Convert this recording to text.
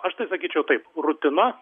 aš tai sakyčiau taip rutina